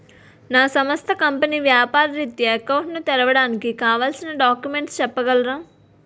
నా సంస్థ కంపెనీ వ్యాపార రిత్య అకౌంట్ ను తెరవడానికి కావాల్సిన డాక్యుమెంట్స్ చెప్పగలరా?